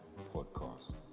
Podcast